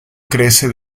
crece